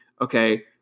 okay